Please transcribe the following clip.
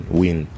win